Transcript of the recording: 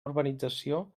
urbanització